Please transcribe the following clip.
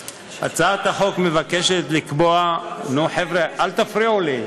הצעת החוק מבקשת לקבוע, נו, חבר'ה, אל תפריעו לי.